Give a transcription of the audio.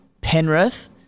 Penrith